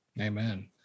Amen